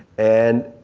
and